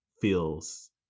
feels